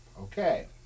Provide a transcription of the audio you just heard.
Okay